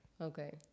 Okay